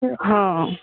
ହଁ